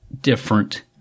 different